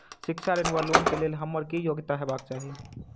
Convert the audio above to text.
शिक्षा ऋण वा लोन केँ लेल हम्मर की योग्यता हेबाक चाहि?